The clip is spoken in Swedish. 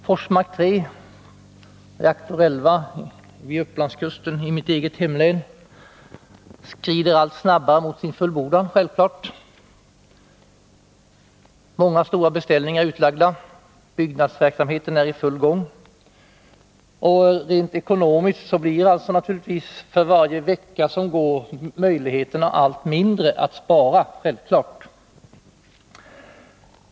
Forsmark 3 och reaktor 11 vid Upplandskusten i mitt eget hemlän skrider allt snabbare mot sin fullbordan. Många stora beställningar är utlagda, byggnadsverksamheten är i full gång och rent ekonomiskt blir naturligtvis för varje vecka som går möjligheterna att spara allt mindre.